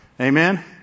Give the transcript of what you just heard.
Amen